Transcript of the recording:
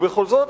ובכל זאת,